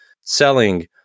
selling